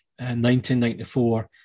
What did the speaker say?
1994